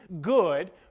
good